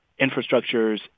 infrastructures